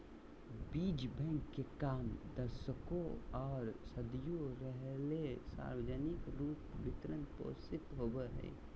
बीज बैंक के काम दशकों आर सदियों रहले सार्वजनिक रूप वित्त पोषित होबे हइ